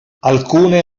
alcune